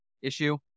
issue